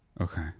Okay